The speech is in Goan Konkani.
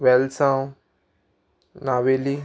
वेलसांव नावेली